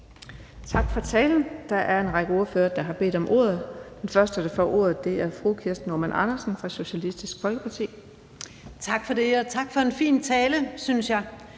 Tak for talen. Der er en række ordførere, der har bedt om ordet. Den første, der får ordet, er fru Kirsten Normann Andersen fra Socialistisk Folkeparti. Kl. 13:34 Kirsten Normann Andersen